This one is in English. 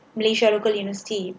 malaysia local university